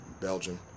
Belgium